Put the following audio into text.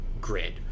grid